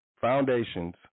Foundations